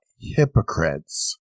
hypocrites